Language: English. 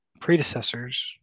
predecessors